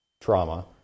trauma